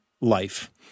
life